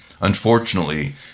Unfortunately